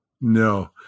No